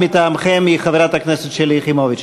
המועמדת מטעמכם היא חברת הכנסת שלי יחימוביץ,